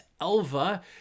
Elva